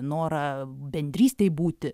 norą bendrystei būti